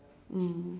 mm